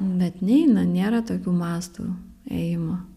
bet neina nėra tokių mastų ėjimo